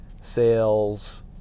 sales